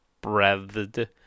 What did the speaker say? breathed